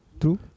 true